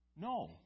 No